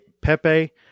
Pepe